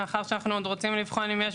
מאחר שאנחנו עוד רוצים לבחון אם יש